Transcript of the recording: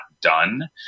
done